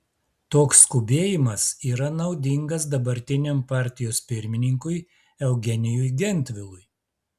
toks skubėjimas yra naudingas dabartiniam partijos pirmininkui eugenijui gentvilui